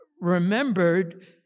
remembered